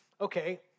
okay